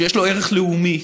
ויש לו ערך לאומי,